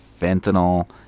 fentanyl